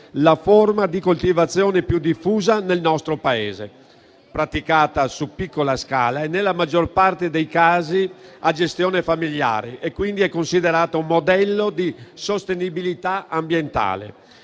la forma di coltivazione più diffusa nel nostro Paese; praticata su piccola scala e nella maggior parte dei casi a gestione familiare, è quindi considerata un modello di sostenibilità ambientale.